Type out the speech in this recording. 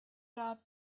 job